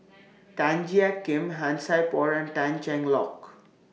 Tan Jiak Kim Han Sai Por and Tan Cheng Lock